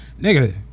nigga